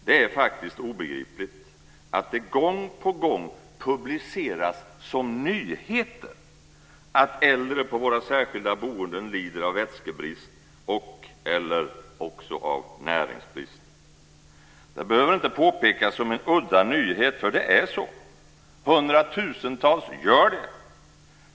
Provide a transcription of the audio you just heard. Det är faktiskt obegripligt att det gång på gång publiceras som nyheter att äldre på våra särskilda boenden lider av vätskebrist eller näringsbrist. Det behöver inte påpekas som en udda nyhet, för det är så! Hundratusentals gör det.